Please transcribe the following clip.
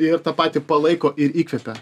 ir tą patį palaiko ir įkvepia